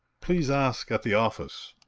please ask at the office.